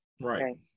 Right